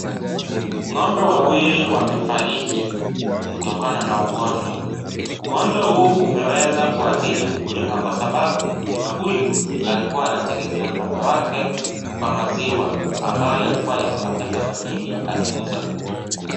Ngombe wawili wamefariki kutokana na ugonjwa, ugonjwa huu umeweza kuadhiri mkulima kwasababu mkulima huyu alikwa anategemea Ng'ombe wakekwa maziwa ambaye alikuwa anampatia pesa mingi akiuza.